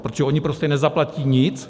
Protože oni prostě nezaplatí nic.